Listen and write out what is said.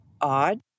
odd